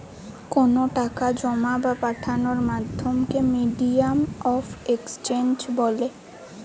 কোনো টাকা জোমা বা পাঠানোর মাধ্যমকে মিডিয়াম অফ এক্সচেঞ্জ বলে